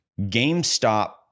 GameStop